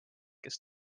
kes